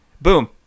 Boom